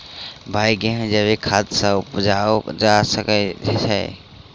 भाई गेंहूँ जैविक खाद सँ उपजाल जा सकै छैय?